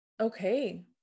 Okay